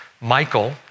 Michael